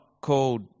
called